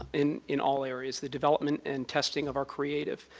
in in all areas. the development and testing of our creative.